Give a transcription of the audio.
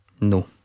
No